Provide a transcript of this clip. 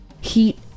heat